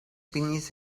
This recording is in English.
beneath